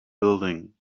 building